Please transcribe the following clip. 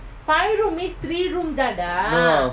no